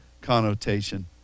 connotation